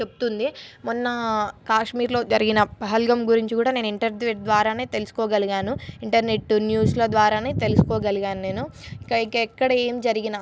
చెప్తుంది మొన్న కాశ్మీర్లో జరిగిన పహల్గం గురించి కూడా నేను ఇంటర్నెట్ ద్వారా తెలుసుకోగలిగాను ఇంటర్నెట్టు న్యూస్ల ద్వారా తెలుసుకోగలిగాను నేను ఇం ఇంక ఎక్కడ ఏమి జరిగిన